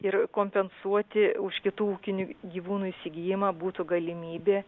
ir kompensuoti už kitų ūkinių gyvūnų įsigijimą būtų galimybė